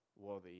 Worthy